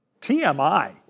TMI